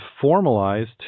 formalized